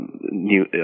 new